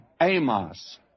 Amos